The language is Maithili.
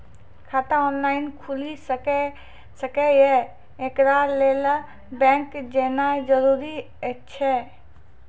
खाता ऑनलाइन खूलि सकै यै? एकरा लेल बैंक जेनाय जरूरी एछि?